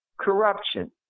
corruption